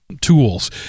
tools